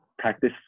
Practice